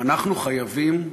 אנחנו חייבים,